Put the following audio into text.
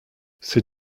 ces